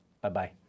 Bye-bye